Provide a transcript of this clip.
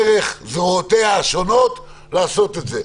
דרך זרועותיה השונות, לעשות את זה.